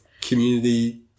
community